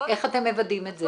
איך אתם מוודאים את זה?